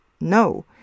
No